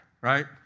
right